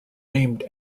named